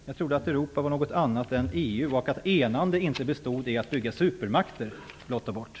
Jag trodde att Europa var något annat än EU och att enande inte bestod i att blott och bart bygga en supermakt.